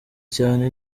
cyane